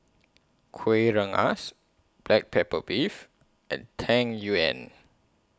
Kuih Rengas Black Pepper Beef and Tang Yuen